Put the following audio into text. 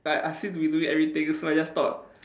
like I seem to be doing everything so I just thought